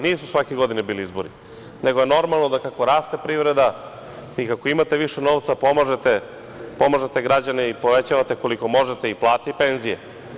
Nisu svake godine bili izbori, nego je normalno da kako raste privreda i kako imate više novca pomažete građane i povećavate koliko možete i plate, i penzije.